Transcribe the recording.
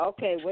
Okay